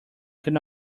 could